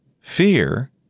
fear